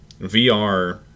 VR